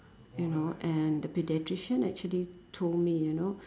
you know and the pediatrician actually told me you know